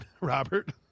Robert